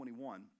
21